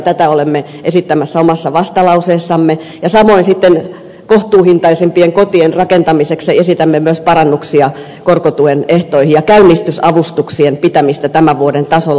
tätä olemme esittämässä omassa vastalauseessamme ja samoin sitten kohtuuhintaisempien kotien rakentamiseksi esitämme myös parannuksia korkotuen ehtoihin ja käynnistysavustuksien pitämistä tämän vuoden tasolla